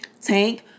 tank